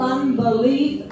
Unbelief